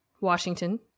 Washington